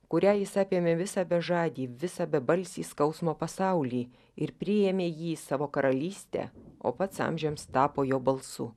kuria jis apėmė visą bežadį visą bebalsį skausmo pasaulį ir priėmė jį į savo karalystę o pats amžiams tapo jo balsu